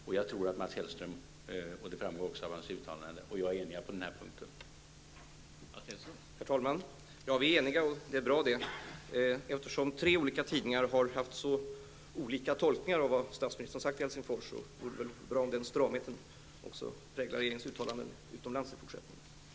Och jag tror att Mats Hellström och jag är eniga på den här punkten, och det framgår också av hans uttalanden.